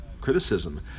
criticism